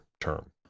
term